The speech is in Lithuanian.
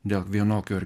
dėl vienokių ar